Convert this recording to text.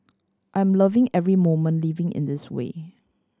I'm loving every moment living in this way